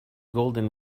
golden